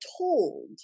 told